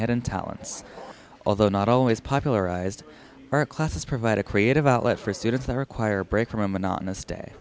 in talents although not always popularized are classes provide a creative outlet for students that require a break from a monotonous day